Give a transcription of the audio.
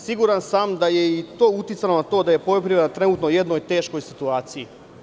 Siguran sam da je i to uticalo na to da je poljoprivreda trenutno u jednoj teškoj situaciji.